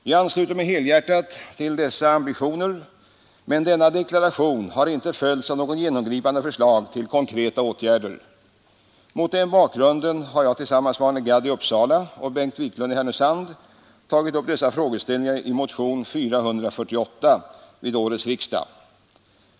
Jag ansluter mig helhjärtat till dessa ambitioner, men denna deklaration har inte följts av några genomgripande förslag till konkreta åtgärder. Det är mot denna bakgrund som jag tillsammans med Arne Gadd i Uppsala och Bengt Wiklund i Härnösand har tagit upp dessa frågeställningar i motionen 448 vid årets riksdag.